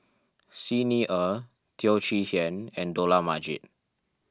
Xi Ni Er Teo Chee Hean and Dollah Majid